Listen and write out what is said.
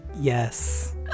Yes